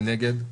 מי נגד?